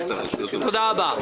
תודה רבה.